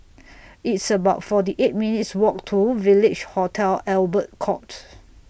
It's about forty eight minutes' Walk to Village Hotel Albert Court